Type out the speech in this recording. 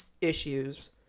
issues